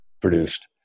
produced